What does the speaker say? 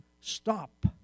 Stop